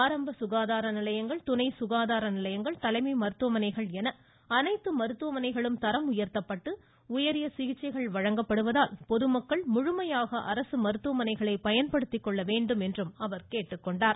ஆரம்ப சுகாதார நிலையங்கள் துணை சுகாதார நிலையங்கள் தாலுக்கா தலைமை மருத்துவமனைகள் என அனைத்து மருத்துவமனைகளும் தரம் உயா்த்தப்பட்டு உயரிய சிகிச்சைகள் வழங்கப்படுவதால் பொதுமக்கள் முழுமையாக அரசு மருத்துவமனைகளை பயன்படுத்திக்கொள்ள வேண்டும் என்றும் அவர் கேட்டுக்கொண்டார்